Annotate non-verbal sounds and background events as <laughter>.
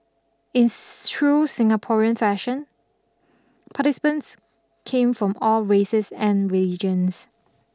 in <unintelligible> true Singaporean fashion participants came from all races and religions